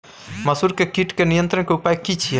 मसूर के कीट के नियंत्रण के उपाय की छिये?